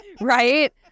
Right